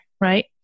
right